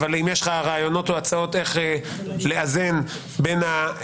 אבל אם יש לך רעיונות או הצעות איך לאזן בין הצורך